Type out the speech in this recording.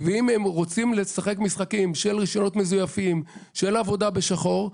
ואם הן רוצות לשחק משחקים של רישיונות מזויפים ושל עבודה בשחור,